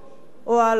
או ההלכה,